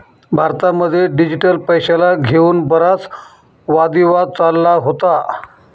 भारतामध्ये डिजिटल पैशाला घेऊन बराच वादी वाद चालला होता